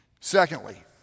Secondly